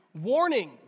Warning